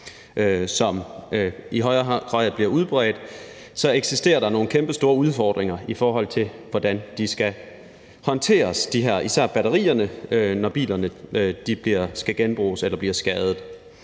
og højere grad bliver udbredt, eksisterer der nogle kæmpestore udfordringer, i forhold til hvordan de skal håndteres, og det gælder især batterierne, når bilerne skal genbruges eller bliver skadet.